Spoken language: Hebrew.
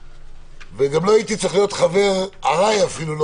ולא הייתי צריך להיות חבר ארעי אפילו,